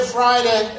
Friday